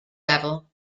level